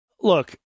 Look